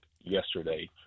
yesterday